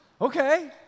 Okay